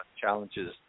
challenges